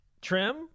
trim